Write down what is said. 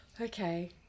Okay